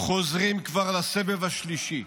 חוזרים כבר לסבב השלישי.